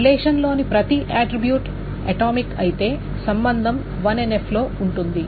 relation లోని ప్రతి attribute atomic అయితే సంబంధం 1NF లో ఉంటుంది